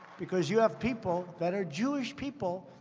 because you have people that are jewish people,